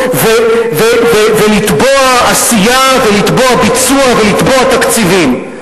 ולתבוע עשייה ולתבוע ביצוע ולתבוע תקציבים,